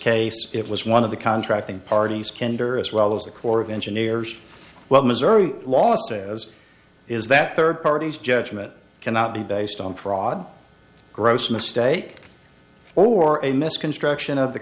case it was one of the contracting parties candor as well as the corps of engineers well missouri law says is that third parties judgment cannot be based on fraud gross mistake or a mis construction of the